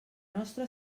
nostra